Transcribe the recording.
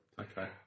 Okay